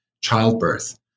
childbirth